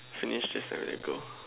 finish this I let you go